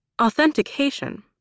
Authentication